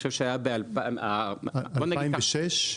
ב-2006?